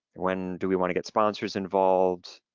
when do we wanna get sponsors involved?